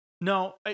No